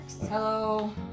Hello